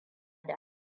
da